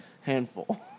handful